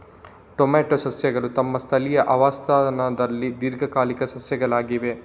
tomato ಸಸ್ಯಗಳು ತಮ್ಮ ಸ್ಥಳೀಯ ಆವಾಸ ಸ್ಥಾನದಲ್ಲಿ ದೀರ್ಘಕಾಲಿಕ ಸಸ್ಯಗಳಾಗಿವೆ